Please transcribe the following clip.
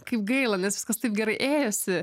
kaip gaila nes viskas taip gerai ėjosi